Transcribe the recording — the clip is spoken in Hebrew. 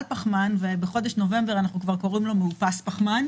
פחמן" ובחודש נובמבר אנחנו כבר קוראים לו "מאופס פחמן",